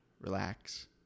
relax